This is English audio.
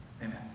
Amen